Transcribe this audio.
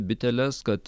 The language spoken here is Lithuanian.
biteles kad